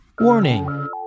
warning